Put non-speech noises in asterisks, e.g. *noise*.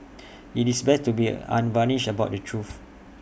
*noise* IT is best to be unvarnished about the truth